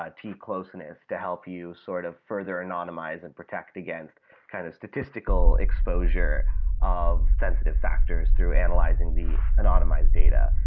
ah t-closeness to help you sort of further anonymize and protect against kind of statistical exposure of sensitive factors through analyzing the anonymize data.